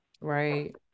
Right